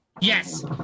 Yes